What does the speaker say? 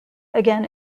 again